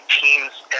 teams